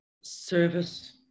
service